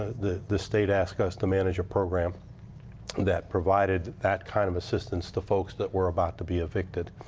the the state asked us to manage a program that provided that kind of assistance to folks that were about to be evicted.